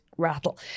Rattle